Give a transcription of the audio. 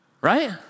Right